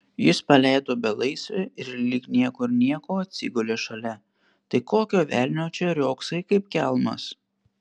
jis paleido belaisvį ir lyg niekur nieko atsigulė šalia tai kokio velnio čia riogsai kaip kelmas